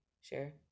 sure